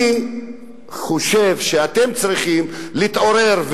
אני חושב שאתם צריכים להתעורר,